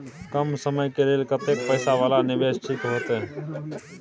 कम समय के लेल कतेक पैसा वाला निवेश ठीक होते?